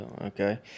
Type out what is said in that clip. Okay